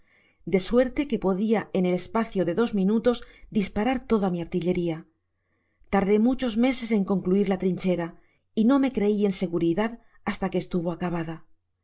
de suerte que podia en el espacie de dos minutos disparar toda mi artilleria tardé muchos meses en concluir la trinchera y no me crei en seguridad basta que estuvo acabada